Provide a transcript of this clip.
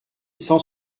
cent